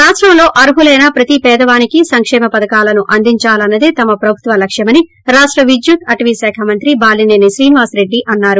రాష్టంలో అర్హులైన ప్రతి పేదవానికి సంక్షేమ పథకాలను అందించాలన్నదే తమ ప్రభుత్వ లక్ష్యమని రాష్ట విద్యుత్ అటవీ శాఖ మంత్రి బాలీసేని శ్రీనివాసరెడ్డి అన్నారు